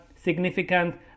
significant